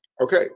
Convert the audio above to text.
okay